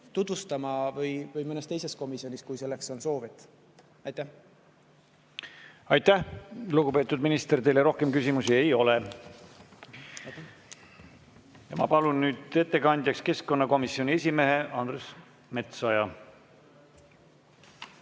või mõnes teises komisjonis, kui selleks on soovi. Aitäh, lugupeetud minister! Teile rohkem küsimusi ei ole. Ma palun ettekandjaks keskkonnakomisjoni esimehe Andres Metsoja.